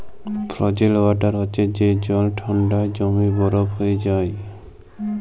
frozen water হছে যে জল ঠাল্ডায় জইমে বরফ হঁয়ে যায়